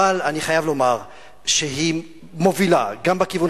אבל אני חייב לומר שהיא מובילה גם בכיוון